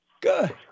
Good